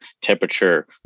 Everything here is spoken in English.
temperature